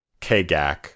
Kagak